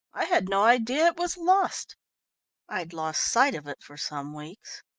i had no idea it was lost i'd lost sight of it for some weeks.